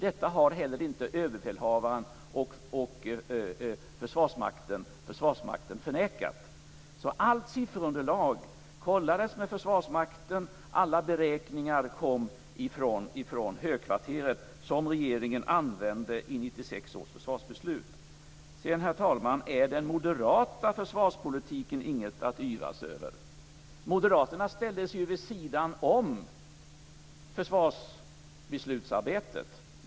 Detta har heller inte överbefälhavaren och Försvarsmakten förnekat. Allt sifferunderlag kollades med Försvarsmakten. Alla beräkningar som regeringen använde i 1996 års försvarsbeslut kom från högkvarteret. Herr talman! Den moderata försvarspolitiken är inget att yvas över. Moderaterna ställde sig ju vid sidan om försvarsbeslutsarbetet.